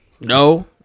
No